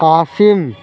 Qasim